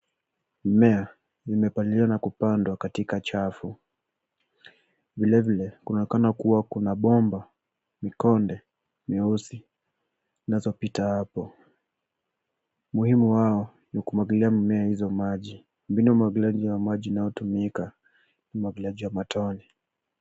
Mimea imepaliliwa na kupandwa katika chafu. Vile vile kunaonekana kuwa kuna bomba mikonde mieusi zinazopita hapo. Umuhimu wao ni kumwangilia mimea hizo maji. Mbinu ya umwangiliaji wa maji inayotumika ni umwangiliaji wa matone.